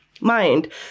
mind